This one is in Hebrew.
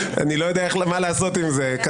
המשפטי.